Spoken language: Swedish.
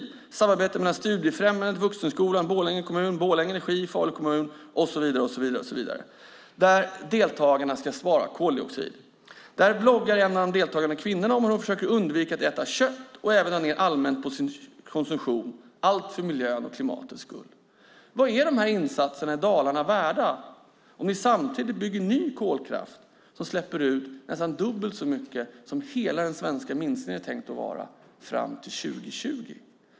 Det är ett samarbete mellan Studiefrämjandet, Studieförbundet Vuxenskolan, Borlänge kommun, Borlänge Energi, Falu kommun med flera. Deltagarna ska minska sina koldioxidutsläpp. En av de deltagande kvinnorna bloggar om hur hon försöker undvika att äta kött och allmänt dra ned på sin konsumtion - allt för miljöns och klimatets skull. Vad är insatserna i Dalarna värda om ni samtidigt bygger ny kolkraft som släpper ut nästan dubbelt så mycket som hela den svenska minskningen är tänkt att vara till 2020?